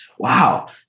Wow